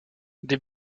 des